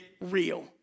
real